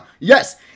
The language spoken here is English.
Yes